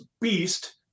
beast